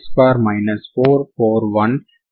4